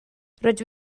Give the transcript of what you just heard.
rydw